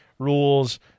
rules